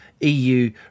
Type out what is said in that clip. EU